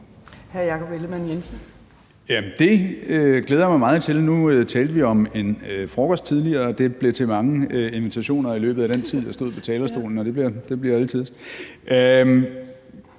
det glæder jeg mig meget til. Nu talte vi tidligere om en frokost, og det blev til mange invitationer i løbet af den tid, jeg stod på talerstolen, og det bliver alletiders.